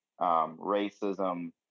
racism